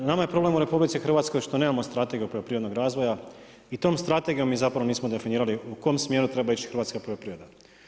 Nama je problem u Republici Hrvatskoj što nemamo strategiju poljoprivrednog razvoja i tom strategijom mi zapravo nismo definirali u kom smjeru treba ići hrvatska poljoprivreda.